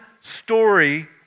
story